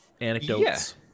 anecdotes